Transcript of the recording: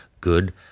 good